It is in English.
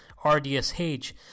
RDSH